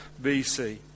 BC